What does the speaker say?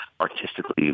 artistically